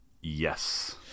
Yes